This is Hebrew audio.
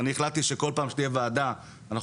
ואני החלטתי שכל פעם שתהיה ועדה אנחנו